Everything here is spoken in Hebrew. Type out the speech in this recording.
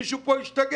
מישהו פה השתגע.